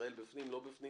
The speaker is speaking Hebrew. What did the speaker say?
וישראל בפנים או לא בפנים,